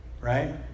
Right